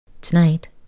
Tonight